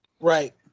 Right